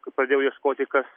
kai pradėjau ieškoti kas